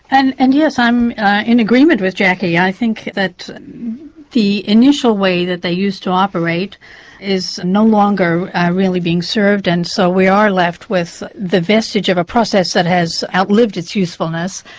and and yes, i'm in agreement with jacqui, i think the initial way that they used to operate is no longer really being served and so we are left with the vestige of a process that has outlived its usefulness,